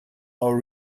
our